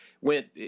went